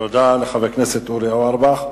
תודה לחבר הכנסת אורי אורבך.